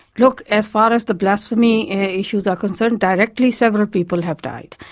look, as far as the blasphemy issues are concerned, directly several people have died.